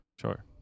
sure